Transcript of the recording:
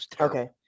Okay